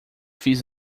fiz